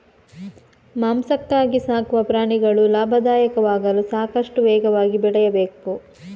ಮಾಂಸಕ್ಕಾಗಿ ಸಾಕುವ ಪ್ರಾಣಿಗಳು ಲಾಭದಾಯಕವಾಗಲು ಸಾಕಷ್ಟು ವೇಗವಾಗಿ ಬೆಳೆಯಬೇಕು